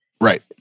Right